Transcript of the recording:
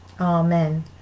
Amen